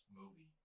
movie